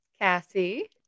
Cassie